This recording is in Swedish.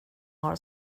har